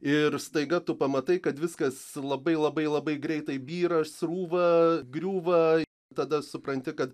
ir staiga tu pamatai kad viskas labai labai labai greitai byra srūva griūva tada supranti kad